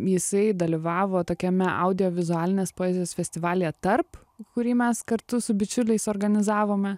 jisai dalyvavo tokiame audiovizualinės poezijos festivalyje tarp kurį mes kartu su bičiuliais organizavome